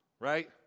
right